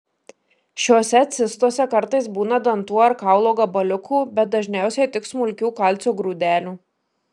šiose cistose kartais būna dantų ar kaulo gabaliukų bet dažniausiai tik smulkių kalcio grūdelių